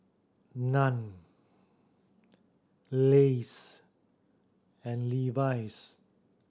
Nan Lays and Levi's